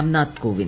Ramnath Kovind